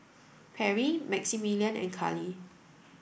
Perry Maximillian and Karli